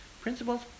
principles